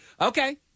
Okay